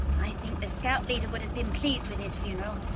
i think the scout leader would have been pleased with his funeral.